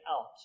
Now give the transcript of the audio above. out